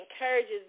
encourages